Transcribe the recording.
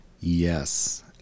Yes